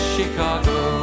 Chicago